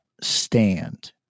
stand